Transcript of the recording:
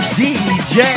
dj